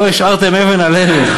לא השארתם אבן על אבן.